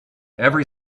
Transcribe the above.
every